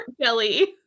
jelly